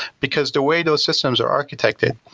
because the way those systems are architected,